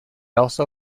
also